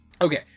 Okay